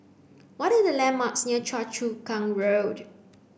what are the landmarks near Choa Chu Kang Road